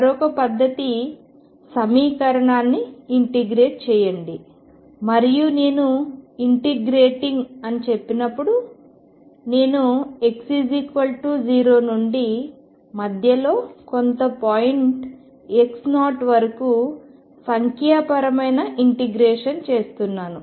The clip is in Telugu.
మరొక పద్ధతి సమీకరణాన్ని ఇంటిగ్రేట్ చేయండి మరియు నేను ఇంటిగ్రేటింగ్ అని చెప్పినప్పుడు నేను x0 నుండి మధ్యలో కొంత పాయింట్ x0 వరకు సంఖ్యా పరమైన ఇంటిగ్రేషన్ చేస్తున్నాను